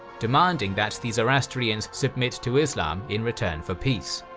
demanding that the zoroastrians submit to islam in return for peace.